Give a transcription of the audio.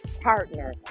partner